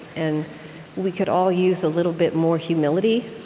and we could all use a little bit more humility,